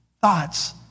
thoughts